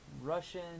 Russian